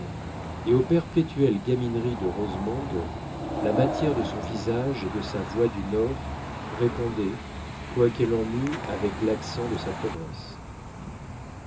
et aux perpétuelles gamineries de rosemonde la matière de son visage et de sa voix du nord répondaient quoi qu'elle en eût avec l'accent de sa province